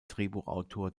drehbuchautor